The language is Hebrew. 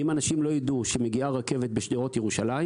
אם אנשים לא ידעו שמגיעה רכבת בשדרות ירושלים